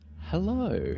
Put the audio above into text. Hello